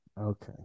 Okay